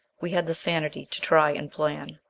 we had the sanity to try and plan.